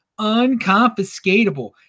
unconfiscatable